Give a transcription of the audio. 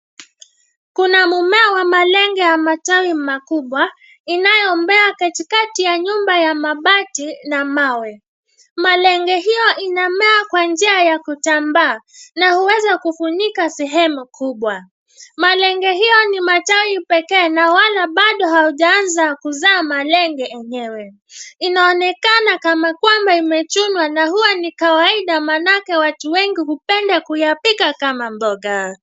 Kuna mumea wa malenge ya matawi makubwa, inayomea katikati ya nyumba ya mabati, na mawe. Malenge hiyo inamea kwa njia ya kutambaa na huweza kufunika sehemu kubwa. Malenge hiyo ni matawi pekee na wala bado haujaanza kuzaa malenge enyewe. Inaonekana kama kwamba imechunwa na huwa ni kawaida maanake watu wengi hupenda kuyapika kama mboga.